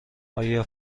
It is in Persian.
آیا